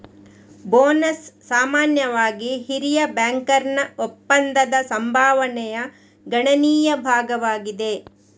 bonus ಸಾಮಾನ್ಯವಾಗಿ ಹಿರಿಯ ಬ್ಯಾಂಕರ್ನ ಒಪ್ಪಂದದ ಸಂಭಾವನೆಯ ಗಣನೀಯ ಭಾಗವಾಗಿದೆ